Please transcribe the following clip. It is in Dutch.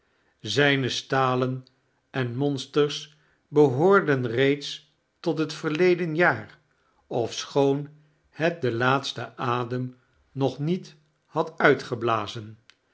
zijne stalen en monsters behoorden reeds tot verleden jaar ofschoon liet den laatsten adem nog niet had